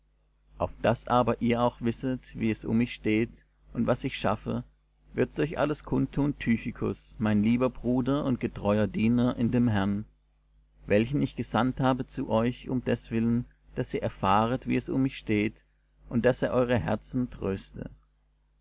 auf daß aber ihr auch wisset wie es um mich steht und was ich schaffe wird's euch alles kundtun tychikus mein lieber bruder und getreuer diener in dem herrn welchen ich gesandt habe zu euch um deswillen daß ihr erfahret wie es um mich steht und daß er eure herzen tröste